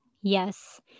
Yes